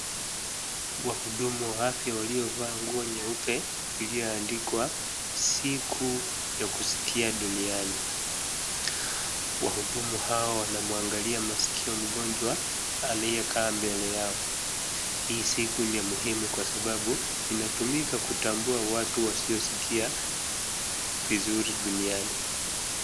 Wahudumu wa afya waliovaa nguo nyeupe iliyoandikwa, siku ya kuskia duniani. Wahudumu hawa wanamwangalia masikio mgonjwa aliyekaa mbele yao. Hii siku ni muhimu kwa sababu inatumika kutambua watu wasioskia vizuri duniani.